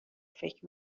فکر